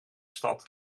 stad